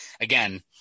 again